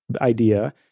idea